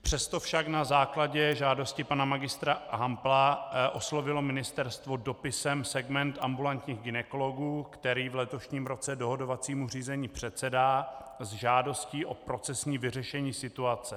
Přesto však na základě žádosti pana Mgr. Hampla oslovilo ministerstvo dopisem segment ambulantních gynekologů, který v letošním roce dohodovacímu řízení předsedá, s žádostí o procesní vyřešení situace.